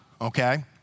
okay